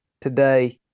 today